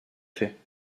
fait